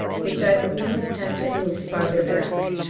which i believe have had to move farther back.